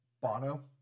Bono